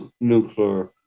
nuclear